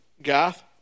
Gath